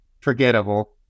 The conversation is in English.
forgettable